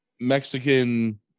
Mexican